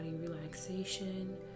relaxation